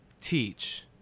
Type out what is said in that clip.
teach